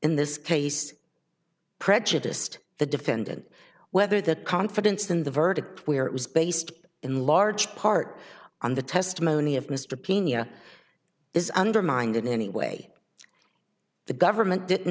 in this case prejudiced the defendant whether that confidence in the verdict where it was based in large part on the testimony of mr pena is undermined in any way the government didn't